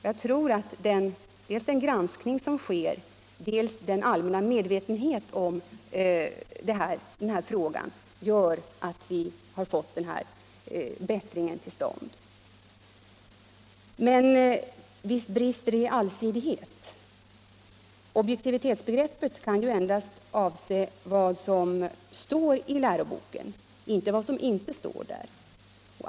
Jag tror att dels den granskning som sker, dels den allmänna medveienheten om denna fråga gör att vi har fått den här förbättringen till stånd. Men visst brister det i allsidighet. Objektivitetsbegreppet kan ju endast avse vad som står i läroboken — inte vad som inte står där.